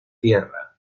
tierra